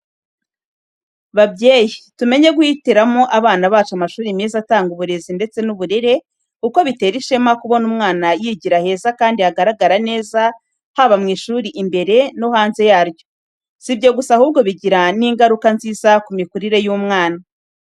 Babyeyi, tumenye guhitiramo abana bacu amashuri meza atanga uburezi ndetse n’uburere, kuko bitera ishema kubona uwawe yigira heza kandi hagaragara neza haba mu ishuri imbere ndetse no hanze yaryo. Si ibyo gusa, ahubwo bigira n’ingaruka nziza ku mikurire y’umwana.